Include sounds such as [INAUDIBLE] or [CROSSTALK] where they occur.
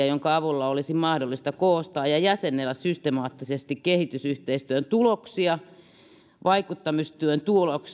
[UNINTELLIGIBLE] jonka avulla olisi mahdollista koostaa ja ja jäsennellä systemaattisesti kehitysyhteistyön tuloksia vaikuttamistyön